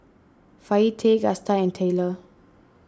Fayette Gusta and Tayler